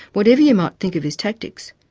whatever you might think of his tactics,